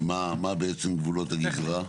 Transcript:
מה הן גבולות הגזרה בעצם?